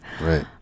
Right